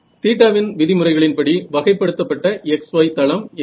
θ வின் விதிமுறைகளின்படி வகைப்படுத்தப்பட்ட x y தளம் எது